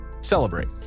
celebrate